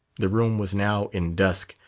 the room was now in dusk,